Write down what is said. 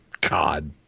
God